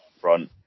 front